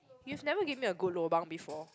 you've never given me a good lobang before